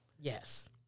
Yes